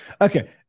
Okay